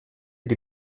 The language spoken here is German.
die